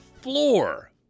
floor